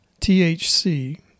THC